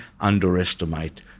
underestimate